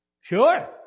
Sure